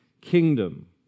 kingdom